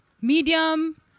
medium